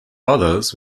others